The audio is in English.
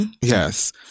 yes